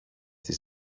τις